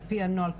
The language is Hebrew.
על פי הנוהל,